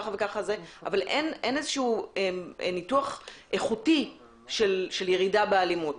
אבל אין ניתוח איכותי של ירידה באלימות